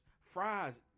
fries